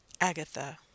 Agatha